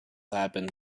happen